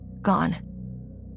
gone